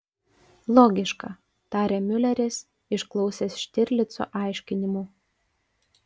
logiška tarė miuleris išklausęs štirlico aiškinimų